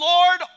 Lord